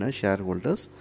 shareholders